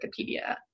Wikipedia